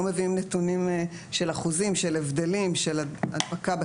לא מביאים נתונים של אחוזים של הבדלים של הדבקה.